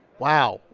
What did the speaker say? wow.